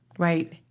Right